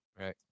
Right